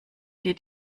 geht